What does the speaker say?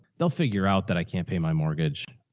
they'll figure out that i can't pay my mortgage.